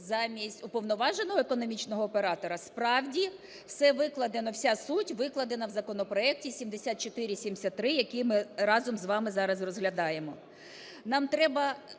замість уповноваженого економічного оператора справді все викладено, вся суть викладена в законопроекті 7473, який ми разом з вами зараз розглядаємо.